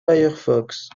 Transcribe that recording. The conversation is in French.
firefox